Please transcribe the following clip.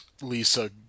Lisa